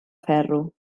ferro